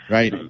Right